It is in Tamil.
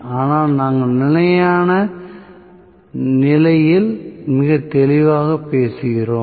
ஆனால் நாங்கள் நிலையான நிலையில் மிகத் தெளிவாகப் பேசுகிறோம்